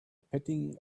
petting